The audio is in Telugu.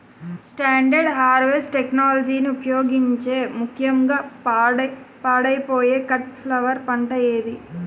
స్టాండర్డ్ హార్వెస్ట్ టెక్నాలజీని ఉపయోగించే ముక్యంగా పాడైపోయే కట్ ఫ్లవర్ పంట ఏది?